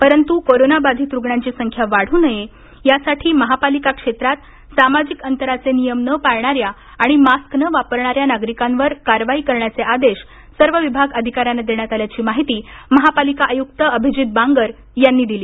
परंतु कोरोना बाधित रूग्णांची संख्या वाढू नये यासाठी महापालिका क्षेत्रात सामाजिक अंतराचे नियम न पाळणा या आणि मास्क न वापरणा या नागरिकांवर कारवाई करण्याचे आदेश सर्व विभाग अधिका यांना देण्यात आल्याची माहिती महापालिका आयुक्त अभिजीत बांगर यांनी दिली